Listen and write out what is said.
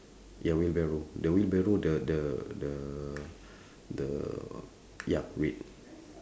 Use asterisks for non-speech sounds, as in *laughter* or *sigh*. ya wheelbarrow the wheelbarrow the the the *breath* the ya red